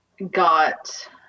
Got